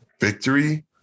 victory